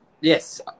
yes